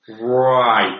right